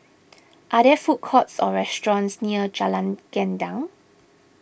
are there food courts or restaurants near Jalan Gendang